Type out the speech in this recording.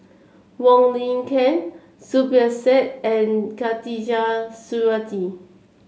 Wong Lin Ken Zubir Said and Khatijah Surattee